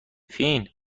فین